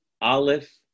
aleph